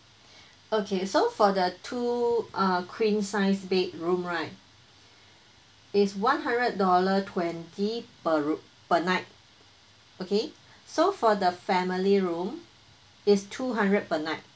okay so for the two uh queen size bed room right is one hundred dollar twenty per room per night okay so for the family room is two hundred per night